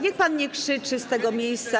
Niech pan nie krzyczy z tego miejsca.